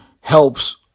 helps